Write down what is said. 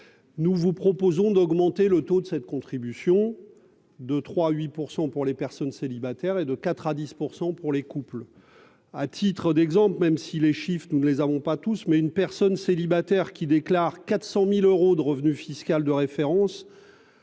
nous vous proposons d'augmenter le taux de cette contribution de 3 8 % pour les personnes célibataires et de 4 à 10 % pour les couples à titre d'exemple, même si les chiffres, nous ne les avons pas tous mais une personne célibataire qui déclare 400000 euros de revenu fiscal de référence